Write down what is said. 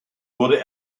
wurde